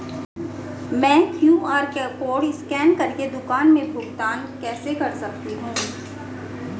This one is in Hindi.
मैं क्यू.आर कॉड स्कैन कर के दुकान में भुगतान कैसे कर सकती हूँ?